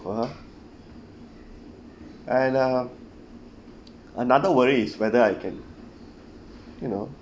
for her and uh another worry is whether I can you know